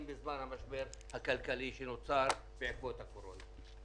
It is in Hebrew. בזמן המשבר הכלכלי שנוצר בעקבות הקורונה.